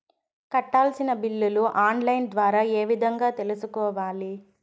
కట్టాల్సిన బిల్లులు online ద్వారా ఏ విధంగా తెలుసుకోవాలి?